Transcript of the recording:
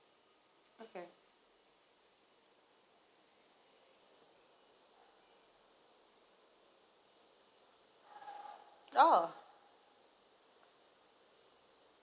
okay oh